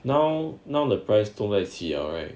now now the price don't 都在起了 eh